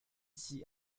s’y